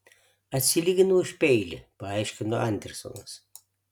atsilyginau už peilį paaiškino andersonas